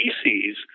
species